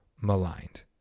maligned